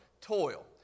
Toil